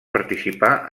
participà